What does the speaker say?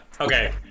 Okay